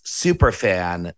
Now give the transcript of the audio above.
superfan